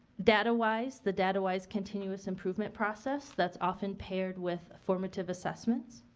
data wise, the data wise continuous improvement process that's often paired with formative assessments.